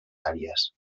àrees